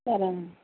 సరే మ్యాడమ్